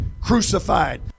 crucified